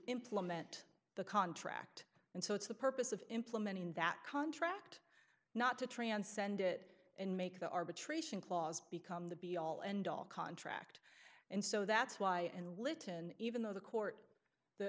implement the contract and so it's the purpose of implementing that contract not to transcend it and make the arbitration clause become the be all end all contract and so that's why and litton even though the court th